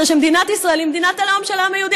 שמדינת ישראל היא מדינת הלאום של העם היהודי.